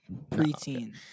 Preteen